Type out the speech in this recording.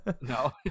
No